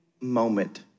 moment